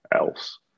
else